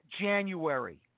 January